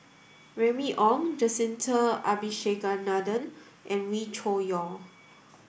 Remy Ong Jacintha Abisheganaden and Wee Cho Yaw